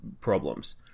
problems